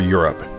Europe